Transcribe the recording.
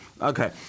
Okay